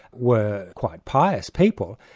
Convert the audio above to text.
were quite pious people,